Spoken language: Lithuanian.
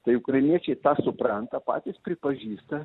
tai ukrainiečiai tą supranta patys pripažįsta